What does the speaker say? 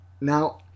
Now